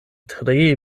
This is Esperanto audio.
tre